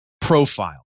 profile